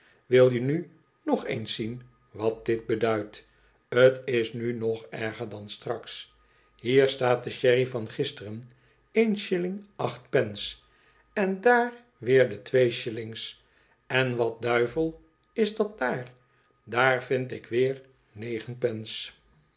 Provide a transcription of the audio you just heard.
wil je nu nog eens zien wat dit beduidt t is nu nog erger dan straks hier staat de sherry van gisteren één shilling acht pence en daar weer de twee shillings en wat duivel is dat daar daar vind ik weer negen pence